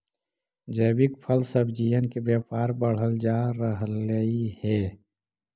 जैविक फल सब्जियन के व्यापार बढ़ल जा रहलई हे